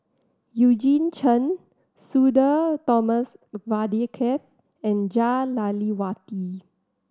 Eugene Chen Sudhir Thomas Vadaketh and Jah Lelawati